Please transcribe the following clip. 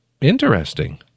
interesting